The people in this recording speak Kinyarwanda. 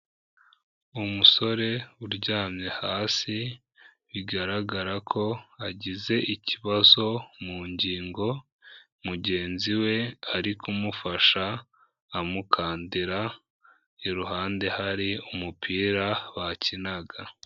Umusore uryamye hasi, bigaragara ko agize ikibazo mu ngingo, mugenzi we ari kumufasha amukandira, iruhande hari umupira bakinaga.